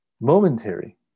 momentary